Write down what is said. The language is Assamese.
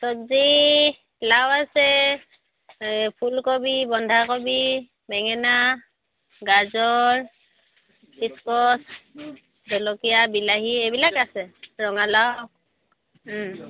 চবজি লাও আছে ফুলকবি বন্ধাকবি বেঙেনা গাজৰ ইস্কচ জলকীয়া বিলাহী এইবিলাক আছে ৰঙালাও